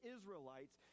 Israelites